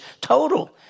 total